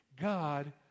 God